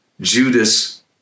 Judas